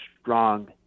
strong